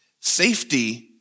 Safety